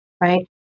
right